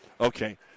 Okay